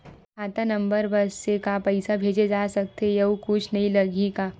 खाता नंबर बस से का पईसा भेजे जा सकथे एयू कुछ नई लगही का?